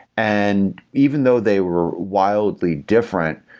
and even though they were wildly different,